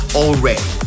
already